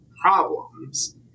problems